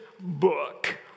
book